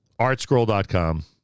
ArtScroll.com